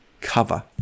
cover